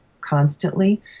constantly